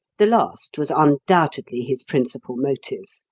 the last was undoubtedly his principal motive.